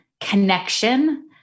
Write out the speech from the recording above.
connection